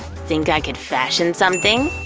think i could fashion something?